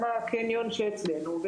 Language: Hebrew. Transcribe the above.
גם הקניון שאצלנו,